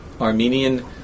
Armenian